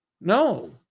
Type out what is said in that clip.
no